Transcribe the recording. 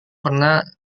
pernah